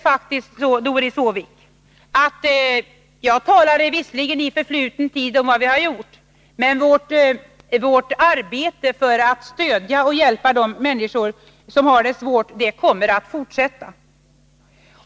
Jag talade visserligen, Doris Håvik, i förfluten tid om vad vi har gjort, men vårt arbete för att stödja och hjälpa de människor som har det svårt kommer att fortsätta.